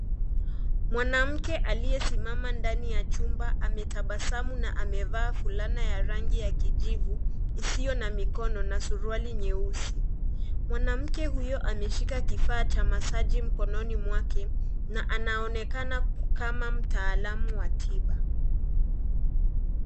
Mwanamke aliyesimama ndani ya chumba ametabasamu na amevaa fulana ya rangi ya kijivu isiyo na mikono na suruali nyeusi. Mwanamke hyo ameshika kifaa cha masaji mkononi mwake na anaonekana kama mtaalamu wa tiba.